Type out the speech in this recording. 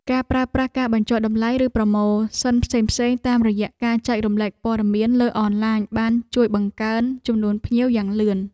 ការប្រើប្រាស់ការបញ្ចុះតម្លៃ ឬប្រូម៉ូសិនផ្សេងៗតាមរយៈការចែករំលែកព័ត៌មានលើអនឡាញបានជួយបង្កើនចំនួនភ្ញៀវយ៉ាងលឿន។